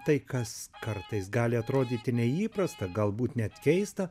tai kas kartais gali atrodyti neįprasta galbūt net keista